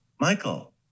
Michael